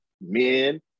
men